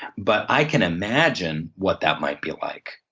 but i can imagine what that might be like.